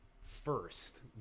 first